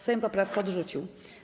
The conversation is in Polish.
Sejm poprawki odrzucił.